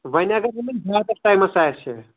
وۄںۍ اَگر یِمَن زیادَس ٹایمَس آسہِ